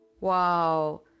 Wow